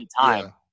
time